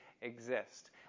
exist